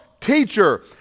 teacher